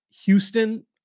Houston